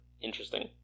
interesting